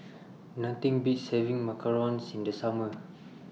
Nothing Beats having Macarons in The Summer